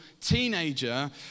teenager